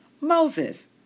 Moses